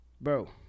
Bro